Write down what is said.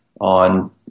on